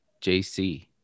jc